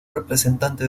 representante